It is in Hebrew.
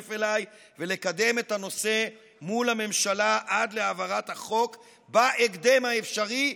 להצטרף אליי ולקדם את הנושא מול הממשלה עד להעברת החוק בהקדם האפשרי,